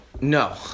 No